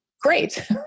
Great